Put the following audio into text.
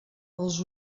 els